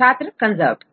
छात्र कंजर्व्ड